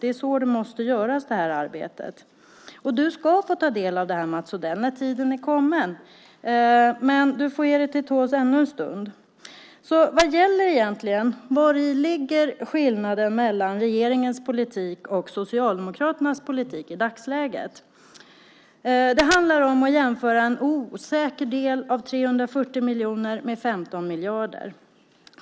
Det är så det arbetet måste göras. Du ska få ta del av det här, Mats Odell, när tiden är kommen. Men du får ge dig till tåls ännu en stund. Vad gäller egentligen? Vari ligger skillnaden mellan regeringens politik och Socialdemokraternas politik i dagsläget? Det handlar om att jämföra en osäker del av 340 miljoner med 15 miljarder.